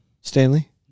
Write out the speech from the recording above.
Stanley